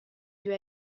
due